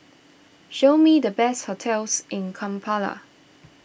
show me the best hotels in Kampala